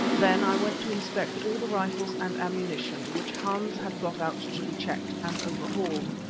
then i went to inspect all the rifles and ammunition, which hans had got out to be checked and overhauled.